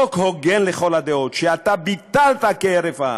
חוק הוגן לכל הדעות, שאתה ביטלת כהרף עין,